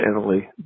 Italy